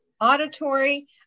auditory